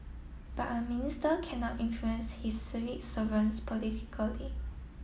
but a minister cannot influence his civil servants politically